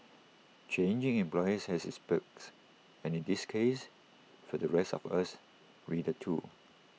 changing employers has its perks and in this case for the rest of us readers too